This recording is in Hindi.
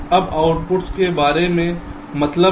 अब इनपुट्स के बारे में मतलब है